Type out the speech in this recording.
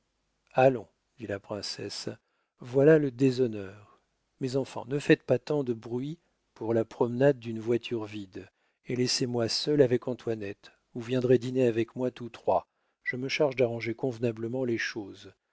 allons dit la princesse voilà le déshonneur mes enfants ne faites pas tant de bruit pour la promenade d'une voiture vide et laissez-moi seule avec antoinette vous viendrez dîner avec moi tous trois je me charge d'arranger convenablement les choses